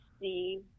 see